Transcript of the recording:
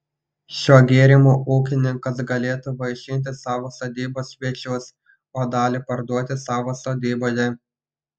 šiuo gėrimu ūkininkas galėtų vaišinti savo sodybos svečius o dalį parduoti savo sodyboje